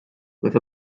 with